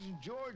George